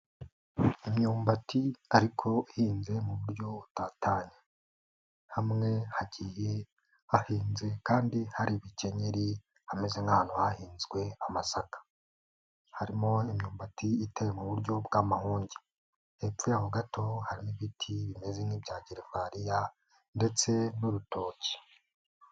Imyumbati ariko ihinze mu buryo butatanye hamwe hagiye hahinze kandi hari ibikenyeri hameze nk'ahantu hahinzwe amasaka, harimo imyumbati iteye mu buryo bw'amahunge, hepfo y'aho gato harimo ibiti bimeze nk'ibya gereveriya ndetse n'urutoki.